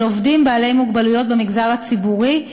עובדים בעלי מוגבלויות במגזר הציבורי.